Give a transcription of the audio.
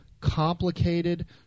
complicated